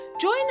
Join